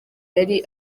yari